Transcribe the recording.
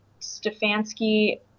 Stefanski